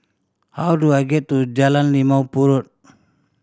how do I get to Jalan Limau Purut